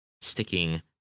sticking